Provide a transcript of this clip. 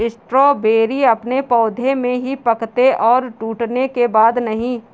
strawberry अपने पौधे में ही पकते है टूटने के बाद नहीं